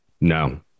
No